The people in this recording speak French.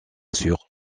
sur